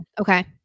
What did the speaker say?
okay